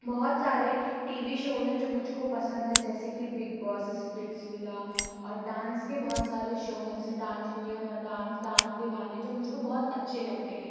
बहुत सारे TV shows हैं जो मुझको पसंद है जैसे कि बिग बौस इस्प्लीट्स विला और डांस के बहुत सारे शो हैं जैसे Dance India Dance Dance Deewane जो मुझको बहुत अच्छे लगते हैं